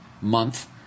Month